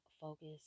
focus